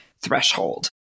threshold